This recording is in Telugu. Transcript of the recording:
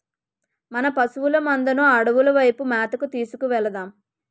మన పశువుల మందను అడవుల వైపు మేతకు తీసుకు వెలదాం